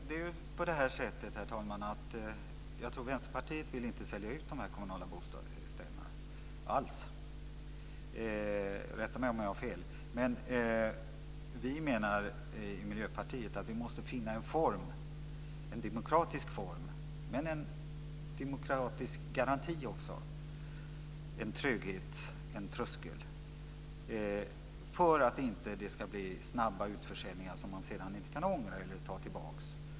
Herr talman! Det är ju på sättet, tror jag, att Vänsterpartiet inte vill sälja ut de här kommunala bostäderna alls - rätta mig om jag har fel. Men vi i Miljöpartiet menar att vi måste finna en form, en demokratisk form men också en demokratisk garanti, en trygghet, en tröskel, för att det inte ska bli snabba utförsäljningar som man sedan inte kan ångra eller ta tillbaka.